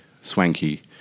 swanky